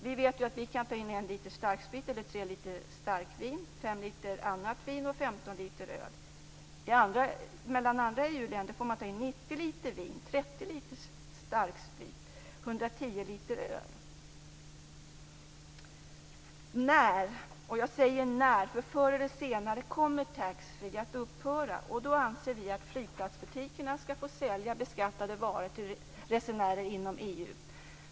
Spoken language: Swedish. Vi vet ju att vi kan ta in 1 liter starksprit, 3 liter starkvin, 5 liter annat vin och 15 liter öl, medan man i andra EU-länder får ta in 90 liter vin, 30 liter starksprit och 110 liter öl. Förr eller senare kommer taxfreehandeln att upphöra, frågan är bara när, och då anser vi att flygplatsbutikerna skall få sälja beskattade varor till resenärer inom EU.